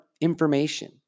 information